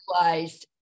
realized